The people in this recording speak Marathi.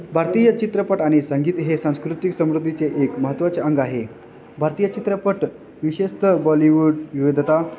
भारतीय चित्रपट आणि संगीत हे सांस्कृतिक समृद्धीचे एक महत्त्वाचे अंग आहे भारतीय चित्रपट विशेषतः बॉलिवूड विविधता